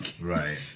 Right